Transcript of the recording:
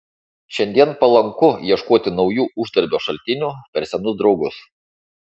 šiandien palanku ieškoti naujų uždarbio šaltinių per senus draugus